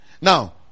Now